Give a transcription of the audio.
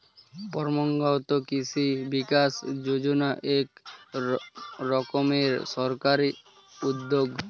পরম্পরাগত কৃষি বিকাশ যোজনা এক রকমের সরকারি উদ্যোগ